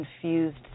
confused